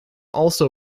also